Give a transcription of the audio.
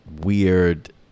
weird